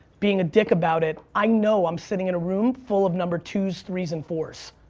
being a dick about it, i know i'm sitting in a room full of number twos, threes, and fours,